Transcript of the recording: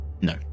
No